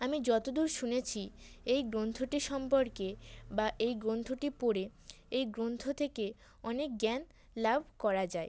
আমি যতদূর শুনেছি এই গ্রন্থটি সম্পর্কে বা এই গ্রন্থটি পড়ে এই গ্রন্থ থেকে অনেক জ্ঞান লাভ করা যায়